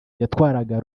yatwaraga